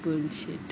bullshit